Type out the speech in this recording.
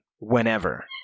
whenever